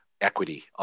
equity